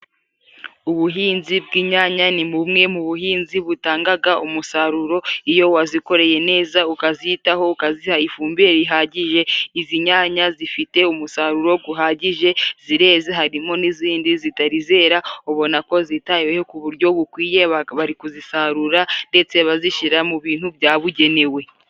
Ubuhinzi bw'inyanya ni bumwe mu buhinzi butangaga umusaruro. Iyo wazikoreye neza ukazitaho ukaziha ifumbire rihagije. Izi nyanya zifite umusaruro guhagije, zireze, harimo n'izindi zitarizera. Ubona ko zitaweho ku buryo bukwiye, bari kuzisarura ndetse bazishyira mu bintu byabugenewe.